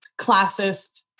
classist